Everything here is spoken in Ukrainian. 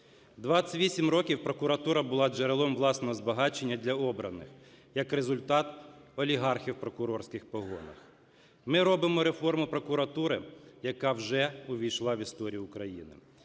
28 років прокуратура була джерелом власного збагачення для обраних, як результат – олігархи в прокурорських погонах. Ми робимо реформу прокуратури, яка вже увійшла в історію України.